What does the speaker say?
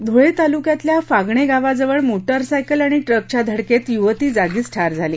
धुळे तालुक्यातल्या फागणे गावाजवळ मोटारसायकल आणि ट्रकच्या धडकेत युवती जागीच ठार झाली